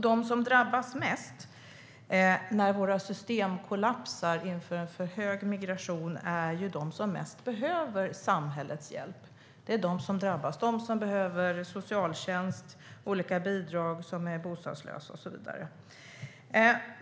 De som drabbas mest när våra system kollapsar inför en för hög migration är de som mest behöver samhällets hjälp. Det är de som drabbas - de som behöver socialtjänst och olika bidrag, som är bostadslösa och så vidare.